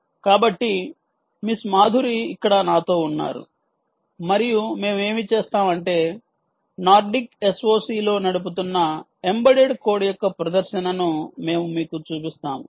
కాబట్టి మిస్ మాధురి ఇక్కడ నాతో ఉన్నారు మరియు మేము ఏమి చేస్తాం అంటే నార్డిక్ SOC లో నడుస్తున్న ఎంబెడెడ్ కోడ్ యొక్క ప్రదర్శనను మేము మీకు చూపిస్తాము